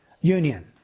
union